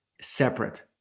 separate